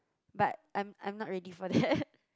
but I'm I'm not ready for that